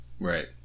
Right